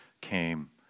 came